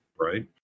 right